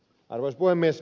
arvoisa puhemies